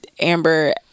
amber